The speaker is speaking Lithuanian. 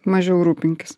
mažiau rūpinkis